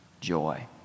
joy